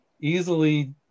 easily